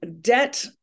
debt